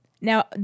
Now